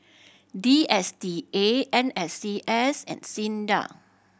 D S T A N S C S and SINDA